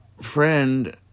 friend